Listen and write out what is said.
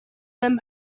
them